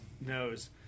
knows